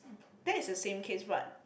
that is the same case what